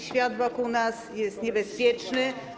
Świat wokół nas jest niebezpieczny.